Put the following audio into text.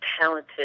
talented